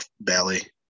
belly